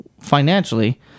financially